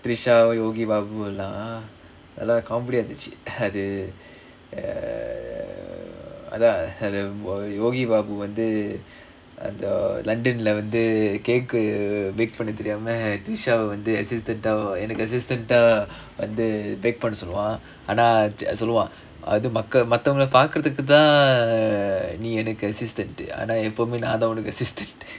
trisha yogi babu எல்லா எல்லா:ellaa ellaa comedy இருந்திச்சு அது:irunthichu athu err அதான்:athaan yogi babu வந்து:vandhu london lah வந்து:vandhu cake bake பண்ண தெரியாம:panna theriyaama trisha வந்து:vandhu assitant ah எனக்கு:enakku assistant ah வந்து:vandhu bake பண்ண சொல்லுவான் ஆனா சொல்லுவான் அது மத்தவங்கல பாக்குறதுக்குதா நீ எனக்கு:panna solluvaan aanaa solluvaan athu maththavangala paakkurathukkuthaa nee enakku assistant ஆனா எப்பவுமே நான்தா உனக்கு:aanaa eppavumae naanthaa unakku assistant